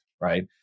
Right